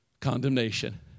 condemnation